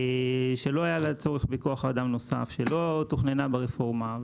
לא היה צורך בכוח אדם נוסף ולא תוכננה ברפורמה.